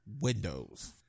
Windows